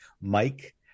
Mike